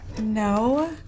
no